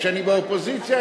כשאני באופוזיציה,